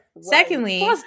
Secondly